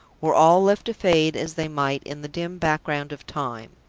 were all left to fade as they might in the dim background of time.